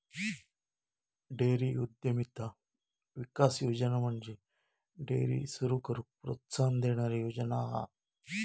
dairy उद्यमिता विकास योजना म्हणजे डेअरी सुरू करूक प्रोत्साहन देणारी योजना हा